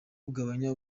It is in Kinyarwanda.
kugabanya